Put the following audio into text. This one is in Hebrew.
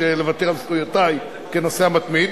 לוותר על זכויותי כנוסע מתמיד